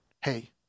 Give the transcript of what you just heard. Hey